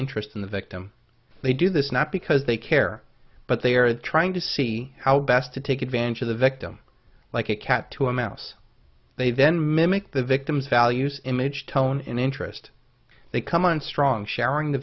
interest in the victim they do this not because they care but they're trying to see how best to take advantage of the victim like a cat to a mouse they then mimic the victim's values image tone and interest they come on strong sharing the